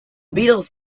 beatles